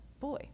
boy